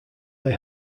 they